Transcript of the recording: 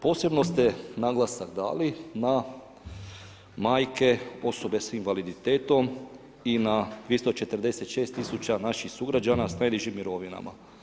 Posebno ste naglasak dali na majke, osobe s invaliditetom i na 346.000 tisuća naših sugrađana s najnižim mirovinama.